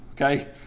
okay